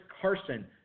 Carson